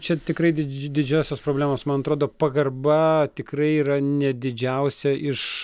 čia tikrai didž didžiosios problemos man atrodo pagarba tikrai yra ne didžiausia iš